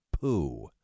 poo